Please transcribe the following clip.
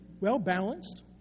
well-balanced